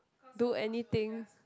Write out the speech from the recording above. do anything